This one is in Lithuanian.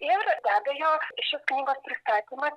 ir be abejo šis knygos pristatymas